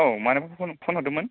औ मानोबाफोर फन फन हरदोंमोन